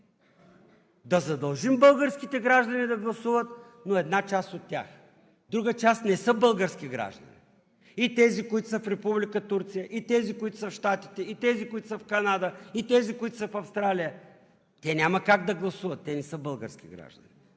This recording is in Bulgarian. да задължим българските граждани да гласуват, но една част от тях. Друга част не са български граждани. И тези, които са в Република Турция, и тези, които са в Щатите, и тези, които са в Канада, и тези, които са в Австралия, няма как да гласуват, те не са български граждани.